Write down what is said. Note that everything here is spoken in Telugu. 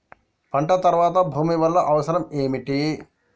పంట తర్వాత భూమి వల్ల అవసరం ఏమిటి?